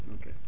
Okay